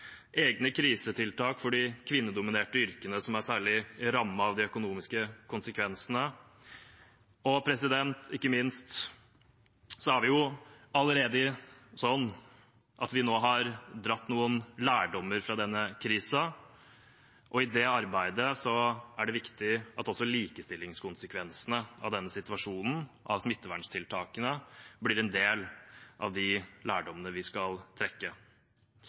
egne krisetiltak for de kvinnedominerte yrkene som er særlig rammet av de økonomiske konsekvensene. Ikke minst er det allerede sånn at vi nå har dratt noen lærdommer fra denne krisen. I det arbeidet er det viktig at også likestillingskonsekvensene av denne situasjonen, av smittevernstiltakene, blir en del av de lærdommene vi skal trekke.